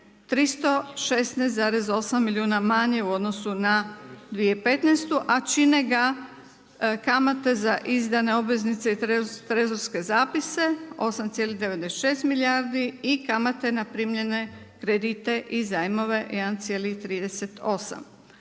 316,8 milijuna manje u odnosu na 2015., a čine ga kamate za izdane obveznice i trezorske zapise 8,96 milijardi i kamate na primljene kredite i zajmove 1,38.